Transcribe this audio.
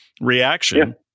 reaction